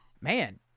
man